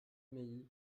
mailly